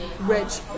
rich